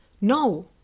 No